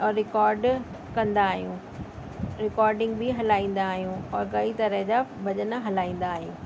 और रिकॉड कंदा आहियूं रिकॉडिंग बि हलाईंदा आहियूं और कई तरह जा भॼन हलाईंदा आहियूं